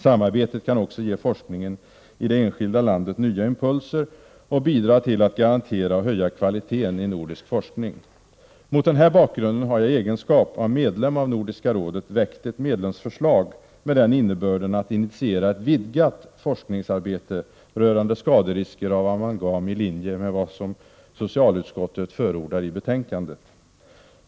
Samarbetet kan också ge forskning i det enskilda landet nya impulser och bidra till att garantera och höja kvaliteten i nordisk forskning. Mot den här bakgrunden har jag i egenskap av medlem av Nordiska rådet väckt ett medlemsförslag med innebörden att initiera ett vidgat forskningsarbete rörande skaderisker av amalgam i linje med vad socialutskottet förordar i betänkandet.